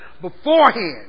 beforehand